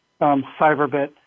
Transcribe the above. Cyberbit